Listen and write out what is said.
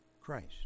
Christ